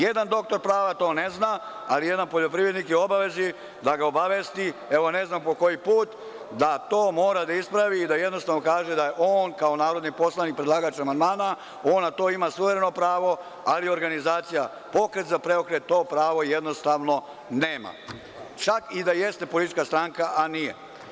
Jedan doktor prava to ne zna, ali jedan poljoprivrednik je u obavezi da ga obavesti, evo ne znam po koji put, da to mora da ispravi i da jednostavno kaže da on kao narodni poslanik predlagač amandmana, on na to ima suvereno pravo, ali organizacija Pokret za preokret to pravo jednostavno nema, čak i da jeste politička stranka, a nije.